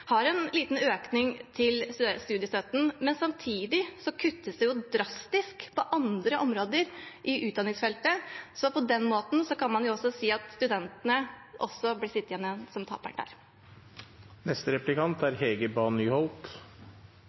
har en liten økning til studiestøtten, men samtidig kutter drastisk på andre områder på utdanningsfeltet, så på den måten kan man si at også der blir studentene sittende igjen som